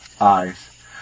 eyes